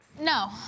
No